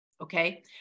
okay